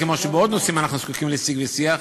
כמו שבעוד נושאים אנחנו זקוקים לשיג ושיח,